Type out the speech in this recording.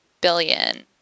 billion